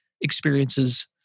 experiences